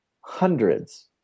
hundreds